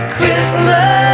Christmas